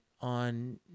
on